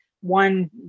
one